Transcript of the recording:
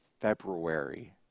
February